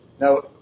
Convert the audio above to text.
Now